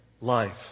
life